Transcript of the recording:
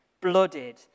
blooded